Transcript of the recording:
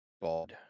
bald